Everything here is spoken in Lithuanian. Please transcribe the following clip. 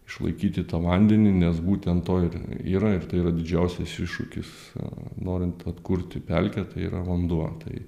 išlaikyti tą vandenį nes būtent to ir yra ir tai yra didžiausias iššūkis norint atkurti pelkę tai yra vanduo tai